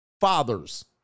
fathers